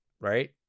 right